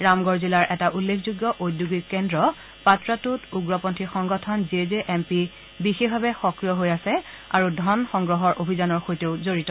ৰামগড় জিলাৰ এটা উল্লেখযোগ্য ওদ্যোগিক কেন্দ্ৰ পাটৰাটুত উগ্ৰপন্থী সংগঠন জে জে এম পি বিশেষভাৱে সক্ৰিয় আৰু ধন সংগ্ৰহ অভিযানৰ সৈতে জড়িত